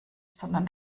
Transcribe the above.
sondern